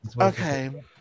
Okay